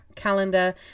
calendar